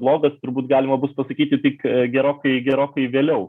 blogas turbūt galima bus pasakyti tik gerokai gerokai vėliau